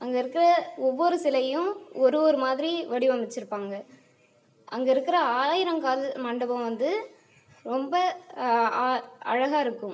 அங்கே இருக்கிற ஒவ்வொரு சிலையும் ஒரு ஒரு மாதிரி வடிவமைச்சுருப்பாங்க அங்கே இருக்கிற ஆயிரங்கால் மண்டபம் வந்து ரொம்ப அழகாக இருக்கும்